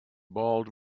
bald